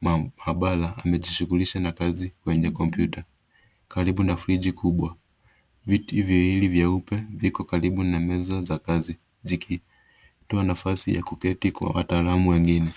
maabara amejishughulisha na kazi kwenye kompyuta karibu na friji kubwa. Viti viwili vyeupe viko karibu na meza za kazi zikitoa nafasi ya kuketi kwa wataalam wengine.